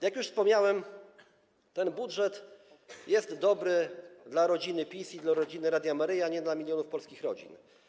Jak już wspomniałem, ten budżet jest dobry dla rodziny PiS i dla Rodziny Radia Maryja, nie dla milionów polskich rodzin.